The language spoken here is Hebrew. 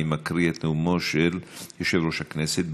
אני מקריא את נאומו של יושב-ראש הכנסת,